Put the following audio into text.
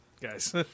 guys